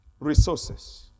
resources